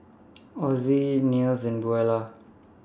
Ozie Nils and Buelah